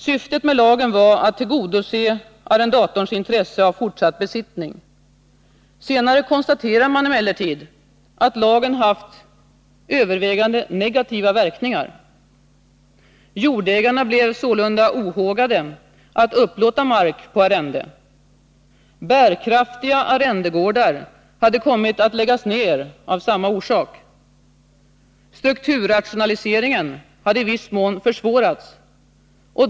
Syftet med lagen var att tillgodose arrendatorns intresse av fortsatt besittning. Senare konstaterade man emellertid att lagen haft övervägande negativa verkningar. Jordägarna blev sålunda ohågade att upplåta mark på arrende. Bärkraftiga arrendegårdar hade kommit att läggas ner av samma orsak. Strukturrationaliseringen hade i viss mån försvårats.